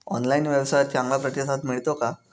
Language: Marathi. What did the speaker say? ऑनलाइन व्यवसायात चांगला प्रतिसाद मिळतो का?